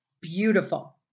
Beautiful